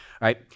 right